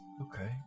Okay